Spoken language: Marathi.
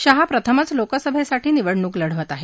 शहा प्रथमच लोकसभेसाठी निवडणूक लढवत आहेत